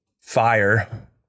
fire